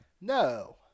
No